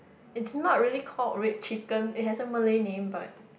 it's not really called red chicken it had a Malay name but